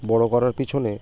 বড় করার পিছনে